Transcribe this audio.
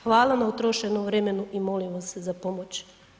Hvala na utrošenom vremenu i molim vas za pomoć.